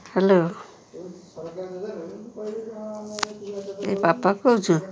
hello ଏଇ ବାପା କହୁଛୁ